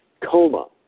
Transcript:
Coma